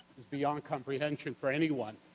is beyond comprehension for anyone.